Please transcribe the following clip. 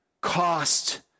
cost